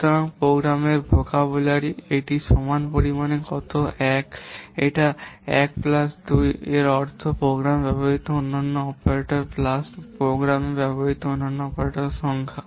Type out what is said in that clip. সুতরাং প্রোগ্রামের ভোকাবুলারি এটা সমান পরিমাণে কত এটা 1 প্লাস 2 এবং এর অর্থ প্রোগ্রামে ব্যবহৃত অনন্য অপারেটর প্লাস প্রোগ্রামে ব্যবহৃত অনন্য অপারেটরের সংখ্যা